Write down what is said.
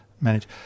manage